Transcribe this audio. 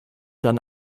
dann